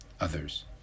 others